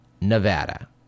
Nevada